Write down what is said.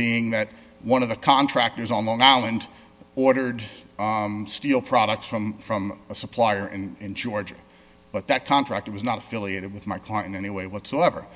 being that one of the contractors on long island ordered steel products from from a supplier in in georgia but that contractor was not affiliated with my client any way whatsoever